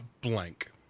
blank